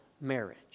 marriage